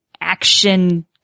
action